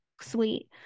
sweet